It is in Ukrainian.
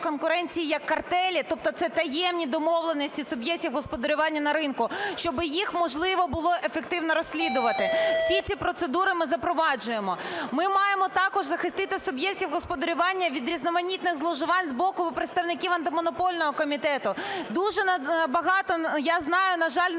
конкуренції, як картелі, тобто це таємні домовленості суб'єктів господарювання на ринку, щоби їх можливо було ефективно розслідувати. Всі ці процедури ми запроваджуємо. Ми маємо також захистити суб'єктів господарювання від різноманітних зловживань з боку представників Антимонопольного комітету. Дуже багато я знаю, на жаль, на практиці